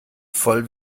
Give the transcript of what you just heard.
voll